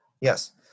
Yes